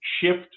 shift